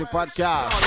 Podcast